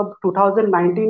2019